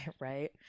right